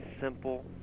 simple